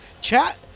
Chat